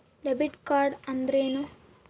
Debit card ಅಂದ್ರೇನು?